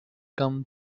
come